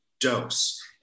dose